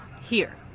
Here